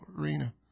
arena